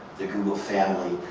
the google family.